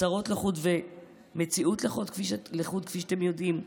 הצהרות לחוד ומציאות לחוד, כפי שאתם יודעים,